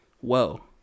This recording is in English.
Whoa